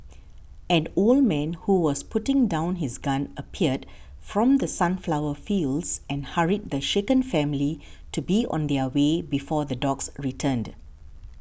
an old man who was putting down his gun appeared from the sunflower fields and hurried the shaken family to be on their way before the dogs returned